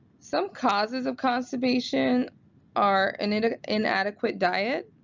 some causes of constipation are and and inadequate diet,